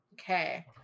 Okay